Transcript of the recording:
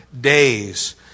days